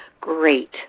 great